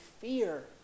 fear